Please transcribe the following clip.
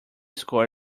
score